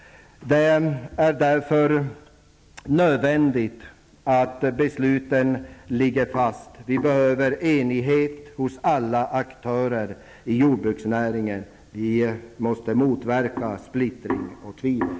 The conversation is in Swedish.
Det är därför nödvändigt att besluten ligger fast. Det behövs enighet hos alla aktörer inom jordruksnäringen. Vi måste motverka splittring och tvivel.